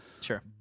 Sure